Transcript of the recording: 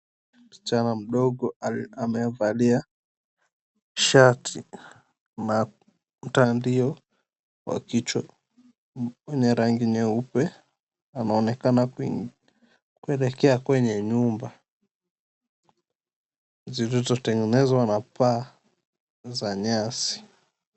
Msichana mdogo amevalia shati na mtandio wa kichwa wenye rangi nyeupe anaonekana kuingia kuelekea kwenye nyumba zilizotengenezwa na paa za nyasi.